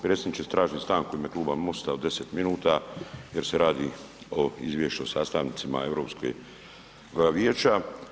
Predsjedniče, tražim stanku u ime Kluba MOST-a od 10 minuta jer se radi o izvješću o sastancima Europskog vijeća.